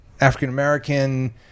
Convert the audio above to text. African-American